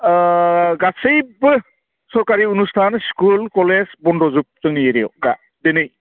गासैबो सरकारि अनुस्तान स्कुल कलेज बन्दजोब जोंनि एरियाआव दा दिनै